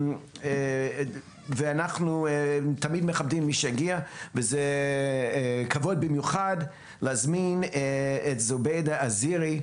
אנחנו תמיד מכבדים את מי שהגיע וזה כבוד להזמין את זובידה עזירי,